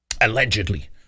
allegedly